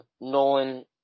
Nolan